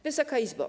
Wysoka Izbo!